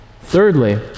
Thirdly